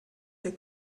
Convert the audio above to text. der